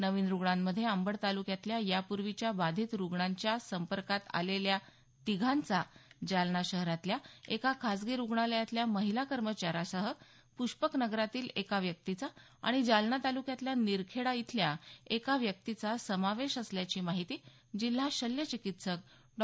नवीन रुग्णांमध्ये अंबड तालुक्यातल्या यापूर्वीच्या बाधित रुग्णांच्या संपर्कात आलेल्या तिघांचा जालना शहरातल्या एका खासगी रुग्णालयातल्या महिला कर्मचाऱ्यासह पुष्पकनगरातील एका व्यक्तीचा आणि जालना तालुक्यातल्या निरखेडा इथल्या एका व्यक्तीचा समावेश असल्याची माहिती जिल्हा शल्य चिकित्सक डॉ